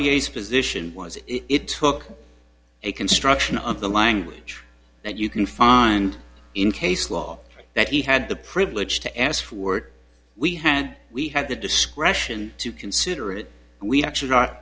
s position was it took a construction of the language that you can find in case law that he had the privilege to ask for it we had we had the discretion to consider it we'd actually not